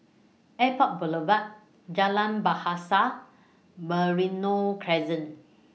Airport Boulevard Jalan Bahasa Merino Crescent